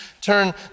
turn